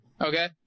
okay